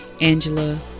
Angela